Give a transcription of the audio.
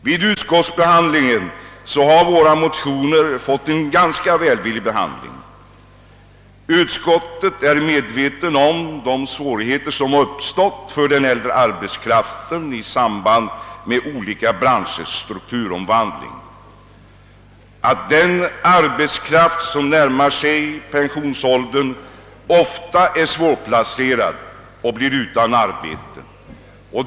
Vid utskottsbehandlingen har våra motioner bemötts välvilligt. Utskottet är medvetet om de svårigheter som uppstått för den äldre arbetskraften i samband med branschers sirukturomvandling, att t.ex. de som närmar sig pensionsåldern ofta är svårplacerade och blir utan arbete.